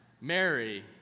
Mary